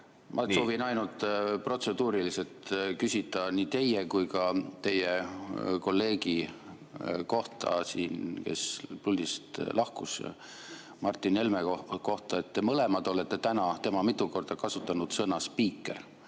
Ma soovin protseduuriliselt küsida nii teie kui ka teie kolleegi kohta, kes puldist lahkus, Martin Helme kohta. Te mõlemad olete täna, tema mitu korda, kasutanud sõna "spiiker"?